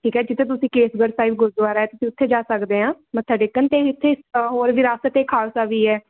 ਠੀਕ ਆ ਜਿੱਥੇ ਤੁਸੀਂ ਕੇਸਗੜ੍ਹ ਸਾਹਿਬ ਗੁਰਦੁਆਰਾ ਤੁਸੀਂ ਉੱਥੇ ਜਾ ਸਕਦੇ ਆ ਮੱਥਾ ਟੇਕਣ ਅਤੇ ਇੱਥੇ ਹੋਰ ਵਿਰਾਸਤ ਏ ਖਾਲਸਾ ਵੀ ਹੈ